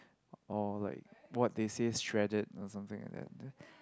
or like what they say straddled or something like that